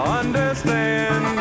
understand